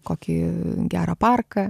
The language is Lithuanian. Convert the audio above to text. kokį gerą parką